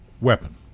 weapon